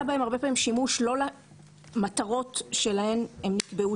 בהם הרבה פעמים שימוש לא למטרות שלהן הם נקבעו,